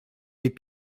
les